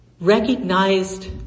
recognized